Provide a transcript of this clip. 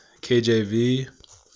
KJV